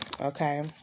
Okay